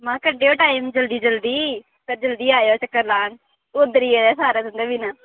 महा कड्ढेओ टाइम जल्दी जल्दी जल्दी आएयो चक्कर लान ओद्दरी गेदे सारे तुं'दे बिना